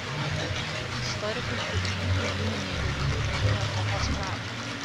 istorikai šiuo įvykiu žymi neįgaliųjų žmonių epochos pradžią